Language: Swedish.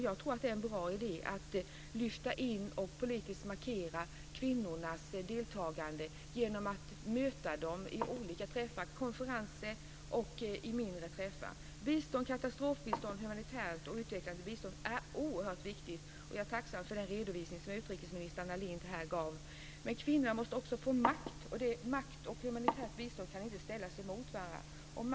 Jag tror att det är en bra idé att lyfta fram och politiskt markera kvinnornas deltagande genom att möta dem vid olika träffar, konferenser och i mindre sammanhang. Bistånd, katastrofbistånd, humanitärt och utvecklande bistånd, är oerhört viktigt, och jag är tacksam för den redovisning som utrikesminister Anna Lindh här gav. Men kvinnorna måste också få makt, och makt och humanitärt bistånd kan inte ställas mot varandra.